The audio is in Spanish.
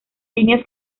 líneas